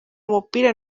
umupira